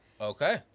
Okay